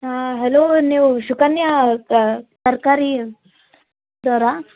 ಹಾಂ ಹಲೋ ನೀವು ಸುಕನ್ಯಾ ಅವ್ರಾ ತರ್ಕಾರಿದವ್ರಾ